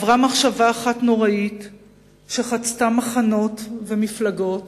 עברה מחשבה אחת נוראה שחצתה מחנות, עדות ומפלגות: